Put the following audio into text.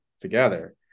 together